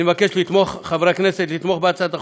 אני מבקש מחברי הכנסת לתמוך בהצעת החוק.